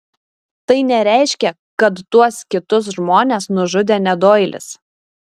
tai nereiškia kad tuos kitus žmones nužudė ne doilis